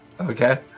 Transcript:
Okay